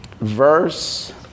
Verse